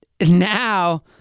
now